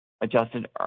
Adjusted